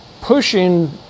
pushing